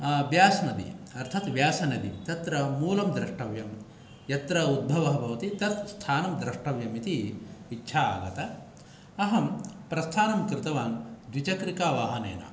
व्यास् नदी अर्थात् व्यासनदी तत्र मूलं द्रष्टव्यं यत्र उद्भव भवति तत् स्थानं द्रष्टव्यम् इति इच्छागता अहं प्रस्थानं कृतवान् द्विचक्रिकावाहनेन